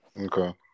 Okay